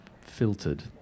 filtered